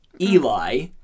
Eli